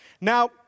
Now